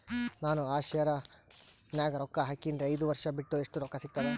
ನಾನು ಆ ಶೇರ ನ್ಯಾಗ ರೊಕ್ಕ ಹಾಕಿನ್ರಿ, ಐದ ವರ್ಷ ಬಿಟ್ಟು ಎಷ್ಟ ರೊಕ್ಕ ಸಿಗ್ತದ?